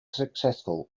successful